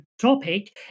topic